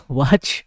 watch